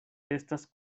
estas